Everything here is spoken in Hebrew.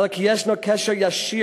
אלא כי יש קשר ישיר